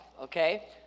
okay